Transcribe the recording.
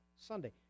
Sunday